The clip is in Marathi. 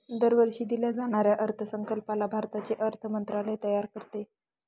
दरवर्षी दिल्या जाणाऱ्या अर्थसंकल्पाला भारताचे अर्थ मंत्रालय तयार करते